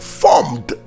formed